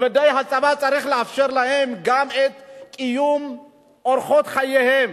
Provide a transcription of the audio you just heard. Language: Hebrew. בוודאי הצבא צריך לאפשר להם גם את קיום אורחות חייהם,